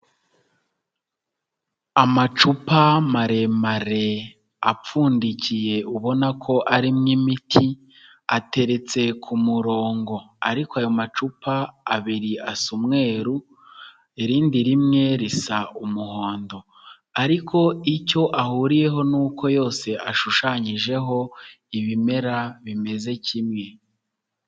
Amacupa maremare apfundikiye ubona ko arimo imiti ateretse ku murongo, ariko ayo macupa abiri asa umweru irindi rimwe risa umuhondo. Ariko icyo ahuriyeho nuko yose ashushanyijeho ibimera bimeze kimwe.